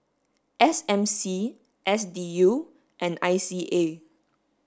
S M C S D U and I C A